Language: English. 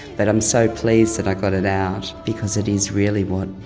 but i'm so pleased that i got it out because it is really what,